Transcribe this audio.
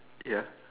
ya